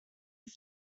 have